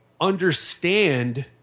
understand